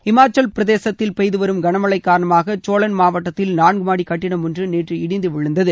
ஹிமாச்சல் மாநிலத்தில் பெய்துவரும் கனமழை காரணமாக சோலன் மாவட்டத்தில் நான்குமாடி கட்டிடம் ஒன்று நேற்று இடிந்து விழுந்தது